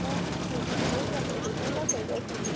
ਹਾਂ ਇਹ ਤਾਂ ਸਹੀ ਕਹਿੰਦੇ ਸੀ ਸੁਣਨਾ ਚਾਹੀਦਾ ਸੀ